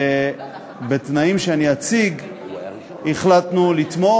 ובתנאים שאני אציג החלטנו לתמוך,